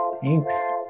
Thanks